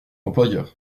employeurs